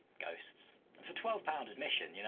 ghosts. and for twelve pound admission, you know